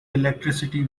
electricity